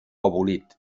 abolit